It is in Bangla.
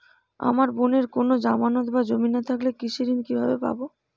আমার বোনের কোন জামানত বা জমি না থাকলে কৃষি ঋণ কিভাবে পাবে?